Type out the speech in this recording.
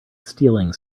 stealing